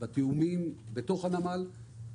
בתיאומים בתוך הנמל.